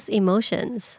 emotions